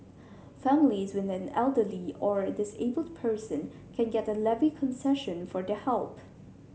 families with an elderly or disabled person can get a levy concession for their help